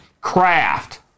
craft